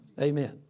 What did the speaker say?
Amen